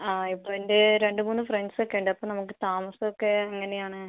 ആ ഇപ്പോൾ എൻ്റെ രണ്ട് മൂന്ന് ഫ്രണ്ട്സ് ഒക്കെ ഉണ്ട് അപ്പം നമുക്ക് താമസം ഒക്കെ എങ്ങനെ ആണ്